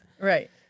Right